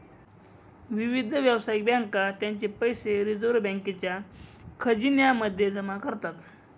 विविध व्यावसायिक बँका त्यांचे पैसे रिझर्व बँकेच्या खजिन्या मध्ये जमा करतात